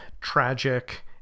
tragic